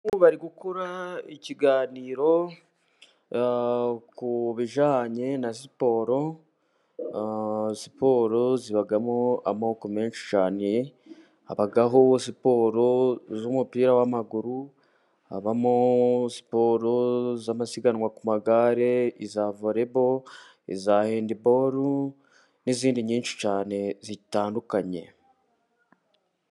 Abantu bari gukora ikiganiro ku bijyanye na siporo, siporo zibamo amoko menshi cyane habaho siporo z'umupira w'amaguru , habamo siporo z'amasiganwa ku magare, iza volebolo, iza hendibolo n'izindi nyinshi cyane zitandukanye.